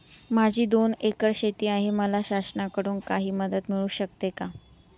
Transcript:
माझी दोन एकर शेती आहे, मला शासनाकडून काही मदत मिळू शकते का?